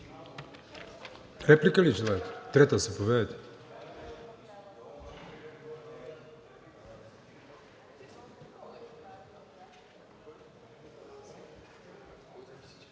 Реплика ли желаете? Трета. Заповядайте.